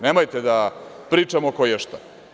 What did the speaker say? Nemojte da pričamo koješta.